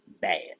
bad